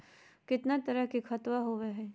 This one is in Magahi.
कितना तरह के खातवा होव हई?